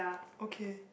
okay